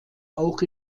auch